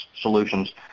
solutions